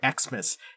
Xmas